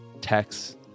text